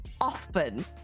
often